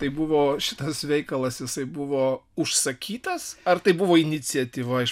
tai buvo šitas veikalas jisai buvo užsakytas ar tai buvo iniciatyva iš